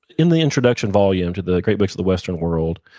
in the introduction volume to the great books of the western world,